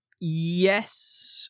Yes